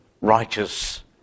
righteous